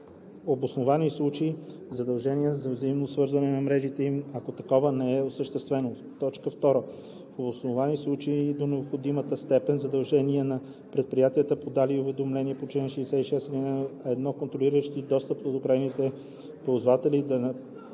обосновани случаи задължения за взаимно свързване на мрежите им, ако такова не е осъществено; 2. в обосновани случаи и до необходимата степен, задължения на предприятията, подали уведомление по чл. 66, ал. 1, контролиращи достъпа до крайните ползватели, да